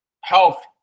health